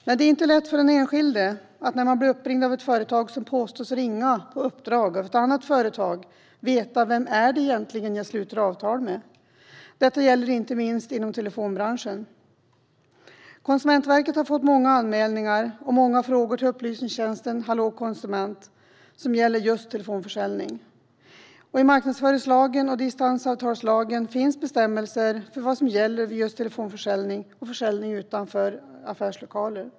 Men det är inte lätt för den enskilde att när man blir uppringd av ett företag som påstås ringa på uppdrag av ett annat företag veta vem det egentligen är man sluter avtal med. Detta gäller inte minst inom telefonbranschen. Konsumentverket har fått många anmälningar och många frågor om just telefonförsäljning till upplysningstjänsten Hallå konsument. I marknadsföringslagen och i distansavtalslagen finns bestämmelser för vad som gäller vid telefonförsäljning och försäljning utanför affärslokaler.